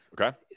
Okay